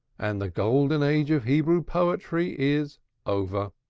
and the golden age of hebrew poetry is over.